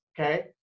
okay